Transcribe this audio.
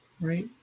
Right